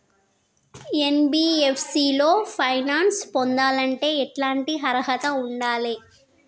NBFC లో finance పొందాలంటే ఎట్లాంటి అర్హత ఉండాలే?